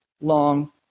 long